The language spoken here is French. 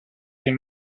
est